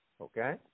okay